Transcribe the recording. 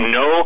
no